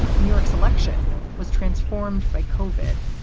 new york's election was transformed by covid,